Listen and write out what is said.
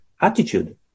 attitude